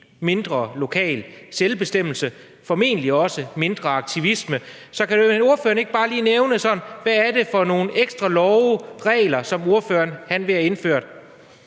mindre lokal selvbestemmelse og formentlig også mindre aktivisme. Så kan ordføreren ikke bare lige nævne, hvad det sådan er for nogle ekstra love og regler, som ordføreren vil have indført?